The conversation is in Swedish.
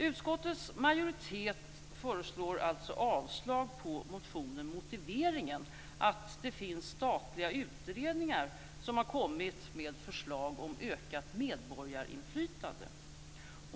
Utskottets majoritet föreslår alltså avslag på motionen med motiveringen att det finns statliga utredningar som kommit med förslag om ökat medborgarinflytande.